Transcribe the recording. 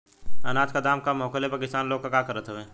अनाज क दाम कम होखले पर किसान लोग का करत हवे?